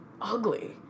ugly